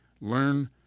Learn